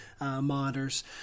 monitors